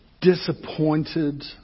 disappointed